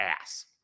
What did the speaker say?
ass